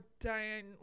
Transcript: Diane